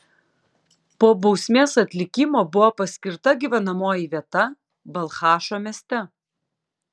po bausmės atlikimo buvo paskirta gyvenamoji vieta balchašo mieste